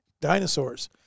dinosaurs